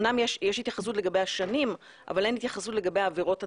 יש התייחסות לגבי השנים אבל אין התייחסות לגבי העבירות עצמן,